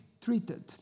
treated